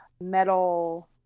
metal